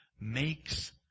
makes